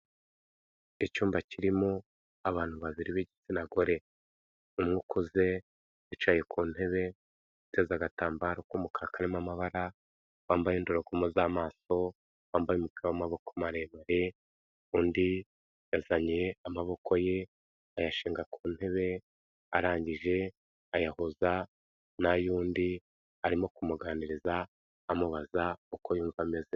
Icyumba kirimo abantu babiri b'igitsina gore, umwe ukuze yicaye ku ntebe, yateze agatambaro k'umukara karimo amabara, wambaye indererwamo z'amaso, wambaye umupira w'amaboko maremare, undi yazanye amaboko ye ayashinga ku ntebe, arangije ayahuza n'ay'undi arimo kumuganiriza amubaza uko yumva ameze.